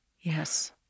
Yes